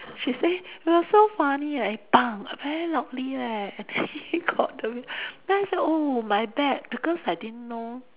she say it was so funny like bang very loudly leh and then he got the then I say oh my bad because I didn't know